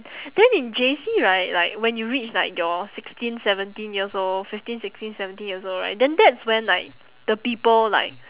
then in J_C right like when you reach like your sixteen seventeen years old fifteen sixteen seventeen years old right then that's when like the people like